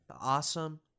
awesome